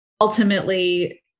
ultimately